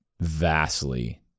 vastly